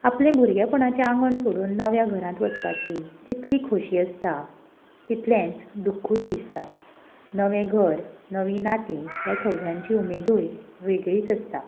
आपल्या भुरगेपणाचें आंगण सोडून नव्या घरांत वचपाची जितली खोशी आसता तितलेंच दुख्खूय दिसता नवें घर नवी नातीं ह्या सगल्यांची उमेदूय वेगळीच आसता